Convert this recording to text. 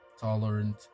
Tolerant